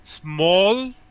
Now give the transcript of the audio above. small